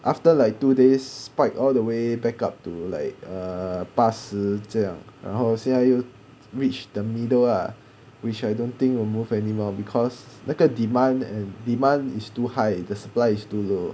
after like two days spike all the way back up to like ah 八十这样然后现在又 reached the middle ah which I don't think we'll move anymore because 那个 demand and demand is too high the supplies is too low